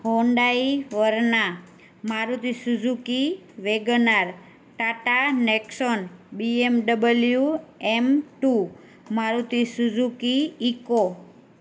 Hyundai Verna Maruti Suzuki Wagon R Tata Nexon BMW M two Maruti Suzuki eco